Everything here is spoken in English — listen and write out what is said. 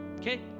Okay